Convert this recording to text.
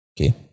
Okay